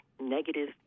negative